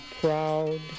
proud